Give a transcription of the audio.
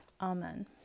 Amen